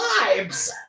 vibes